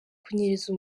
kunyereza